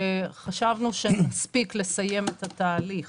חשבנו שנספיק לסיים את התהליך